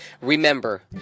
Remember